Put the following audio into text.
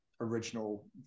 original